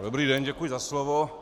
Dobrý den, děkuji za slovo.